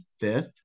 fifth